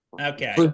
Okay